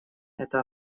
эта